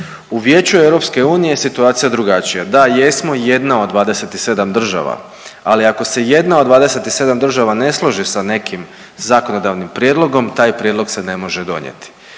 krajnji ishod. U Vijeću EU situacija je drugačija. Da, jesmo jedna od 27 država, ali ako se jedna od 27 država ne složi sa nekim zakonodavnim prijedlogom taj prijedlog se ne može donijeti.